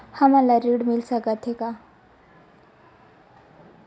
हमन ला ऋण मिल सकत हे का?